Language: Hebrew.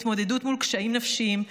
התמודדות מול קשיים נפשיים,